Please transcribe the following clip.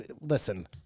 listen